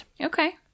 Okay